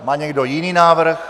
Má někdo jiný návrh?